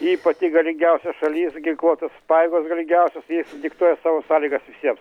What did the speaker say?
ji pati galingiausia šalis ginkluotos pajėgos galingiausios ji diktuoja savo sąlygas visiems